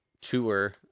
tour